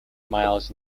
miles